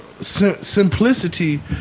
Simplicity